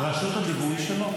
בסדר, אבל רשות הדיבור שלו.